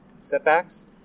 setbacks